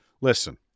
Listen